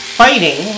fighting